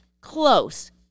close